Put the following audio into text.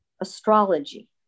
astrology